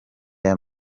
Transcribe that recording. aya